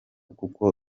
kuko